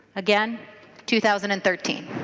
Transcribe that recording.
again two thousand and thirteen.